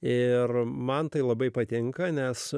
ir man tai labai patinka nes